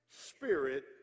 spirit